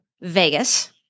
Vegas